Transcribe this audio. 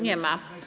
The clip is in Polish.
Nie ma.